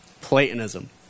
Platonism